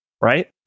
right